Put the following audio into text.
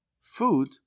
Food